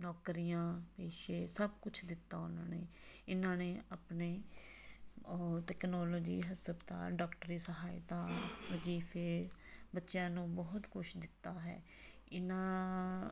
ਨੌਕਰੀਆਂ ਪੇਸ਼ੇ ਸਭ ਕੁਛ ਦਿੱਤਾ ਉਹਨਾਂ ਨੇ ਇਹਨਾਂ ਨੇ ਆਪਣੇ ਉਹ ਟੈਕਨੋਲੋਜੀ ਹਸਪਤਾਲ ਡੋਕਟਰੀ ਸਹਾਇਤਾ ਵਜ਼ੀਫੇ ਬੱਚਿਆਂ ਨੂੰ ਬਹੁਤ ਕੁਛ ਦਿੱਤਾ ਹੈ ਇਹਨਾਂ